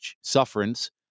sufferance